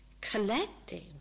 collecting